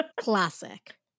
Classic